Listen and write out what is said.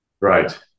right